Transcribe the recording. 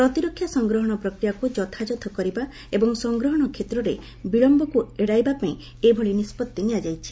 ପ୍ରତିରକ୍ଷା ସଂଗ୍ରହଣ ପ୍ରକ୍ରିୟାକ୍ ଯଥାଯଥ କରିବା ଏବଂ ସଂଗ୍ରହଣ କ୍ଷେତ୍ରରେ ବିଳମ୍ବକ୍ ଏଡ଼ାଇବା ପାଇଁ ଏଭଳି ନିଷ୍କତ୍ତି ନିଆଯାଇଛି